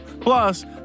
Plus